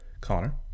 Connor